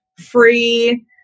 free